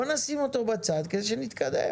בואו נשים אותו בצד כדי שנתקדם.